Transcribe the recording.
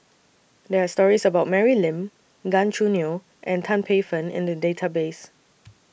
There Are stories about Mary Lim Gan Choo Neo and Tan Paey Fern in The Database